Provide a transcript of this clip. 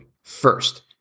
First